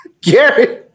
Gary